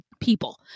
people